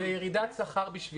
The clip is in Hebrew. עבורו זו ירידה בשכר.